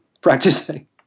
practicing